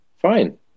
Fine